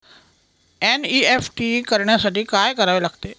NEFT करण्यासाठी काय करावे लागते?